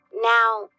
Now